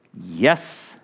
Yes